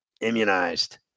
immunized